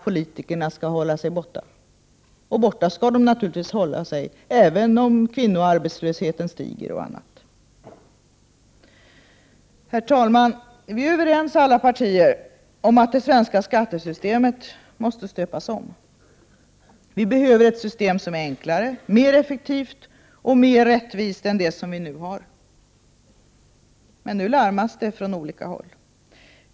Politikerna skall hålla sig borta.” Och borta skall de naturligtvis hålla sig, även om kvinnornas arbetslöshet stiger osv. Herr talman! Vi är överens — alla partier — om att det svenska skattesystemet måste stöpas om. Vi behöver ett system som är enklare, mer effektivt och mer rättvist än det som vi nu har. Men nu larmas det från olika håll.